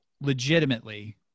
legitimately